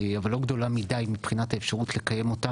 אבל לא גדולה מדי מבחינת האפשרות לקיים אותה,